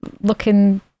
looking